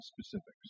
specifics